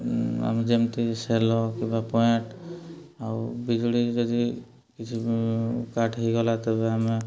ଆମେ ଯେମିତି ସେଲ କିମ୍ବା ପଏଣ୍ଟ୍ ଆଉ ବିଜୁଳି ଯଦି କିଛି କାଟ୍ ହେଇଗଲା ତେବେ ଆମେ